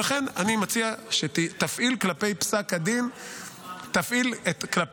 ולכן אני מציע שתפעיל כלפי פסק הדין את אותו